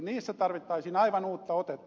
niissä tarvittaisiin aivan uutta otetta